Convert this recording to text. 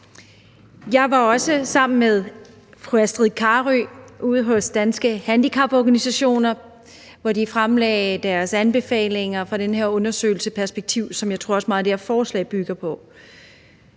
Jeg var også sammen med fru Astrid Carøe ude hos Danske Handicaporganisationer, hvor de fremlagde deres anbefalinger fra den her undersøgelse fra tænketanken Perspektiv, som jeg også tror meget af det her forslag bygger på.